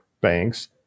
banks